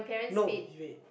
no you wait